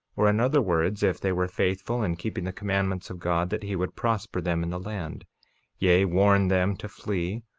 or in other words, if they were faithful in keeping the commandments of god that he would prosper them in the land yea, warn them to flee,